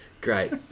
great